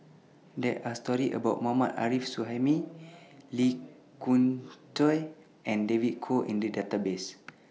There Are stories about Mohammad Arif Suhaimi Lee Khoon Choy and David Kwo in The Database